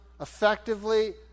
effectively